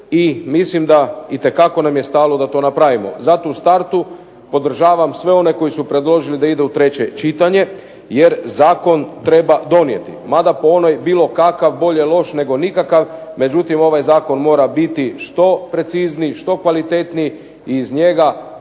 i mislim da itekako nam je stalo da to napravimo. Zato u startu podržavam sve one koji su predložili da ide u treće čitanje jer zakon treba donijeti, mada po onoj bilo kakav, bolje loš nego nikakav, međutim ovaj zakon mora biti što precizniji, što kvalitetniji i iz njega